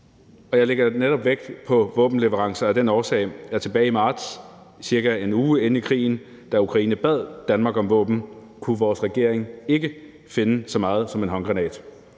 Jeg lægger netop vægt på våbenleverancer af den årsag, at tilbage i marts, cirka en uge inde i krigen, da Ukraine bad Danmark om våben, kunne vores regering ikke finde så meget som en håndgranat.